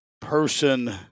person